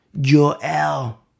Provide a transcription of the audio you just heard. Joel